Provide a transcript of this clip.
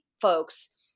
folks